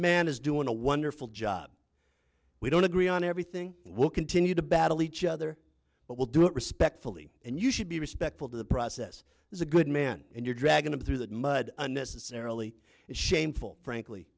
man is doing a wonderful job we don't agree on everything we'll continue to battle each other but we'll do it respectfully and you should be respectful to the process is a good man and you're dragging him through that mud unnecessarily shameful frankly